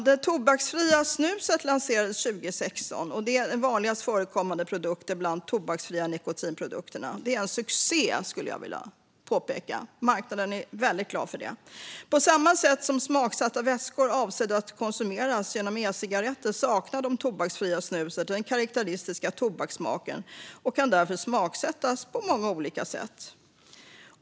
Det tobaksfria snuset lanserades 2016 och är den vanligast förekommande produkten bland de tobaksfria nikotinprodukterna. Det är en succé, skulle jag vilja påpeka. Marknaden är väldigt glad för detta. På samma sätt som smaksatta vätskor avsedda att konsumeras genom e-cigaretter saknar det tobaksfria snuset den karakteristiska tobakssmaken och kan därför smaksättas på många olika sätt.